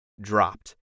dropped